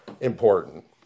important